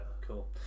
Cool